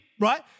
right